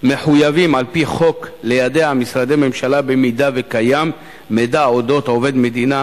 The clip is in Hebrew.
מחויבים על-פי חוק ליידע משרדי ממשלה אם קיים מידע על עובד מדינה,